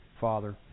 Father